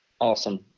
awesome